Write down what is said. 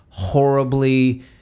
horribly